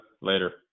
later